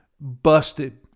busted